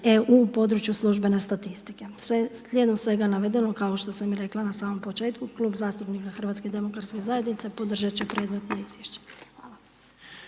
u području službene statistike. Slijedom svega navedenog kao što sam i rekla na samom početku Klub zastupnika HDZ-a podržati će predmetno izvješće. Hvala.